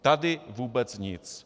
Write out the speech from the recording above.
Tady vůbec nic.